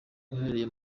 uherereye